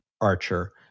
archer